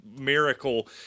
miracle